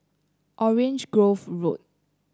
Orange Grove Road